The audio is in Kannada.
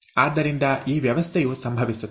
ಆದ್ದರಿಂದ ಈ ವ್ಯವಸ್ಥೆಯು ಸಂಭವಿಸುತ್ತದೆ